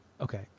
Okay